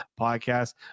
podcast